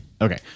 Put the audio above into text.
Okay